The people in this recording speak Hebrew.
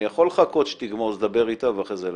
יכול לחכות שתגמור לדבר איתו ואחרי זה להמשיך.